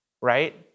right